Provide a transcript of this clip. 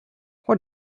what